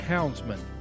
Houndsman